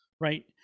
right